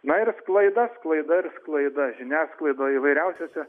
na ir sklaida sklaida ir sklaida žiniasklaidoj įvairiausiose